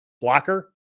blocker